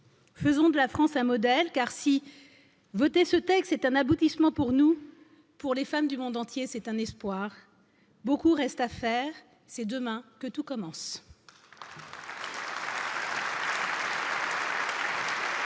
Faisons de la France un modèle, car si voter ce texte est un aboutissement pour nous, pour les femmes du monde entier, c'est un espoir, beaucoup reste à faire, c'est demain que tout commence.